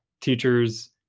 teachers